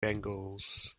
bengals